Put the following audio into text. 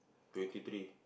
twenty thirty